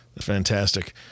Fantastic